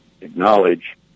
acknowledge